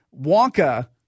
Wonka